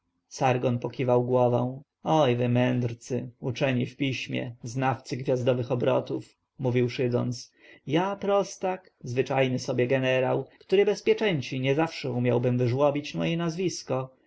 sargon pokiwał głową oj wy mędrcy uczeni w piśmie znawcy gwiazdowych obrotów mówił szydząc ja prostak zwyczajny sobie jenerał który bez pieczęci niezawsze umiałbym wyżłobić moje nazwisko